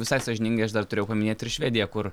visai sąžiningai aš dar turėjau paminėt ir švediją kur